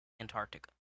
Antarctica